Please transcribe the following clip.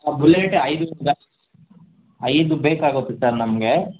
ಬುಲೆಟೆ ಐದು ಕೂಡ ಐದು ಬೇಕಾಗುತ್ತೆ ಸರ್ ನಮಗೆ